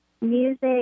music